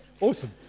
Awesome